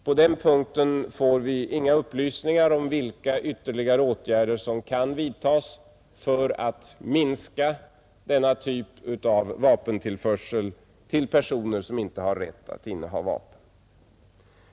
På den punkten får vi inga upplysningar om vilka ytterligare åtgärder som kan vidtas för att minska denna typ av vapentillförsel till personer som inte har rätt att inneha vapen.